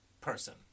person